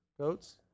Goats